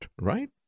right